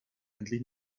endlich